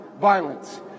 violence